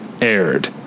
aired